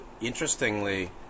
interestingly